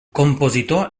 compositor